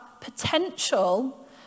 potential